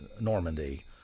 Normandy